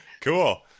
Cool